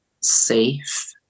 safe